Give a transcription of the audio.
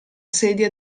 sedia